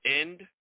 end